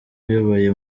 uyoboye